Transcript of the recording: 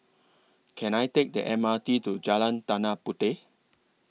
Can I Take The M R T to Jalan Tanah Puteh